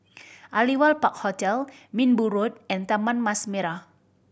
Aliwal Park Hotel Minbu Road and Taman Mas Merah